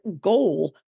goal